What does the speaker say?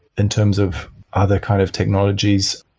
in terms of other kind of technologies,